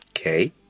okay